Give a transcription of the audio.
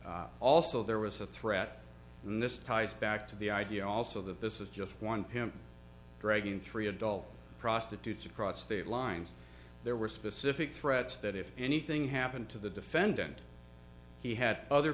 had also there was a threat and this ties back to the idea also that this is just one pimp dragging three adult prostitutes across state lines there were specific threats that if anything happened to the defendant he had other